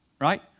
right